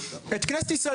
את כנסת ישראל,